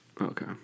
Okay